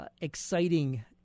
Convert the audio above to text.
Exciting